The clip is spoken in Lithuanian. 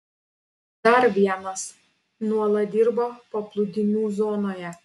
dar vienas nuolat dirba paplūdimių zonoje